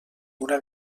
una